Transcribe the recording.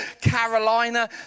Carolina